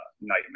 nightmare